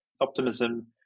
Optimism